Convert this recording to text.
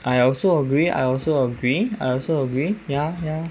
I also agree I also agree I also agree ya ya